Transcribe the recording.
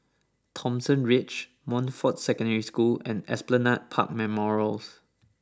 Thomson Ridge Montfort Secondary School and Esplanade Park Memorials